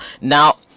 Now